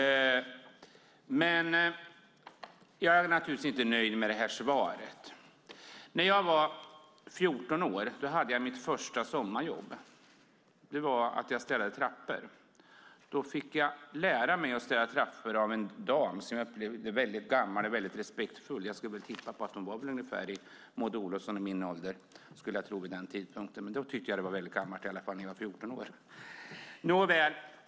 Jag är naturligtvis inte nöjd med svaret. När jag var 14 år hade jag mitt första sommarjobb. Jag städade trappor. Jag fick lära mig att städa trappor av en dam som jag upplevde som väldigt gammal och respektingivande. Jag skulle väl tippa på att hon var ungefär i samma ålder som Maud Olofsson och jag är i dag, men när jag var 14 år tyckte jag att det var väldigt gammalt. Nåväl!